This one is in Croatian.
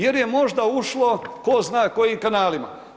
Jer je možda ušlo tko zna kojim kanalima.